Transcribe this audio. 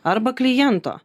arba kliento